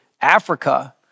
Africa